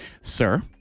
sir